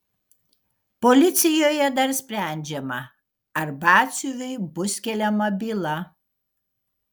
policijoje dar sprendžiama ar batsiuviui bus keliama byla